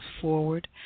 forward